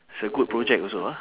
it's a good project also ah